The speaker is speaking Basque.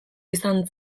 izan